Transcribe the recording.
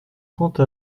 trente